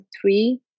three